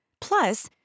Plus